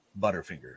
Butterfinger